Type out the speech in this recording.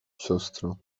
siostro